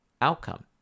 outcome